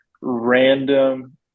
random